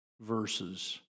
verses